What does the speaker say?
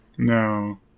No